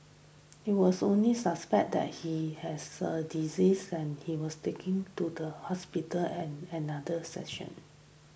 it was only suspected that he has a disease and he was taken to the hospital and another section